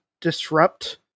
disrupt